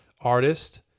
artist